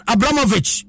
Abramovich